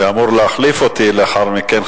שאמור להחליף אותי לאחר מכן,